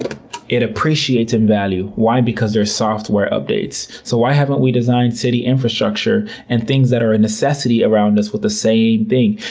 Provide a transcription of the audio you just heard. ah it appreciates in value. why? because there are software updates. so, why haven't we designed city infrastructure and things that are a necessity around us with the same thing.